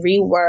rework